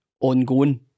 ongoing